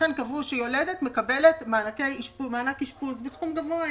לכן קבעו שיולדת מקבלת מענק אשפוז בסכום גבוה יחסית,